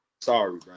Sorry